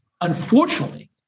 Unfortunately